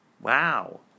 Wow